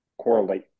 correlate